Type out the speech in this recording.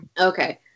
Okay